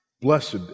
Blessed